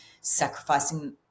sacrificing